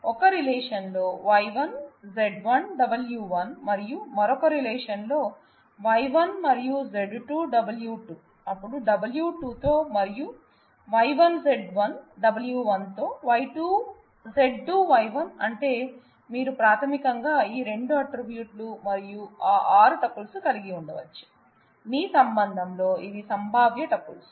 ఒక రిలేషన్ లో Y 1 Z 1 W 1 మరియు మరొక రిలేషన్ లో Y 1 మరియు Z 2 W 2 అప్పుడు W 2 తో మరియు Y 1 Z 1 W 1 తో Z 2 Y 1 అంటే మీరు ప్రాథమికంగా ఈ 2 ఆట్రిబ్యూట్లు మరియు ఆ r టూపుల్స్ కలిగి ఉండవచ్చు మీ సంబంధం లో ఇవి సంభావ్య టూపుల్స్